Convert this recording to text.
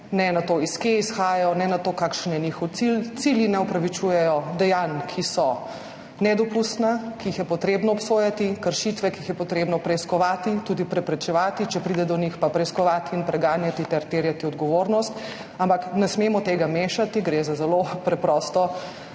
ne na to, od kod izhajajo, ne na to, kakšen je njihov cilj. Cilji ne opravičujejo dejanj, ki so nedopustna, ki jih je potrebno obsojati, kršitev, ki jih je potrebno preiskovati, tudi preprečevati, če pride do njih, pa preiskovati in preganjati ter terjati odgovornost. Ampak ne smemo tega mešati. Gre za zelo preprosto,